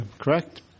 correct